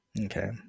Okay